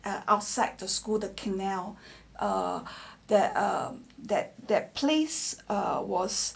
err outside the school the canal or that um that that place err was